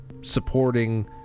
supporting